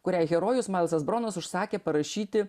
kuriai herojus malzas bronas užsakė parašyti